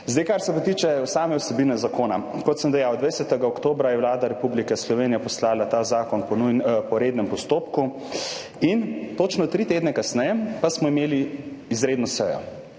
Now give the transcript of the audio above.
njej. Kar se tiče vsebine zakona. Kot sem dejal, 20. oktobra je Vlada Republike Slovenije poslala ta zakon po rednem postopku, točno tri tedne kasneje pa smo imeli izredno sejo